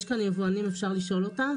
יש כאן יבואנים, אפשר לשאול אותם.